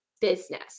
business